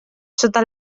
sota